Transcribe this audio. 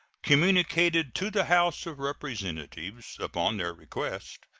communicated to the house of representatives, upon their request,